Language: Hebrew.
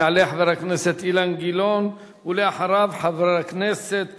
יעלה חבר הכנסת אילן גילאון, ואחריו, חבר הכנסת